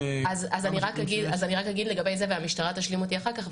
אני רק אגיד לגבי זה והמשטרה תשלים אותי אחר כך,